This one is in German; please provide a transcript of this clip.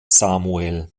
samuel